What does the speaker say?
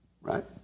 right